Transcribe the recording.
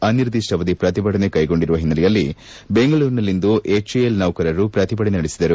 ಅನಿರ್ದಿಷ್ಟಾವಧಿ ಪ್ರತಿಭಟನೆ ಕೈಗೊಂಡಿರುವ ಹಿನ್ನಲೆಯಲ್ಲಿ ಬೆಂಗಳೂರಿನಲ್ಲಿಂದು ಹೆಚ್ಎಎಲ್ ನೌಕರರು ಪ್ರತಿಭಟನೆ ನಡೆಸಿದರು